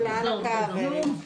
תודה רבה, ההסתייגות לא התקבלה.